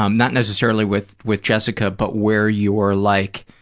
um not necessarily with with jessica, but where you're like,